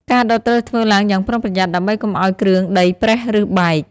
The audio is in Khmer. ការដុតត្រូវធ្វើឡើងយ៉ាងប្រុងប្រយ័ត្នដើម្បីកុំឲ្យគ្រឿងដីប្រេះឬបែក។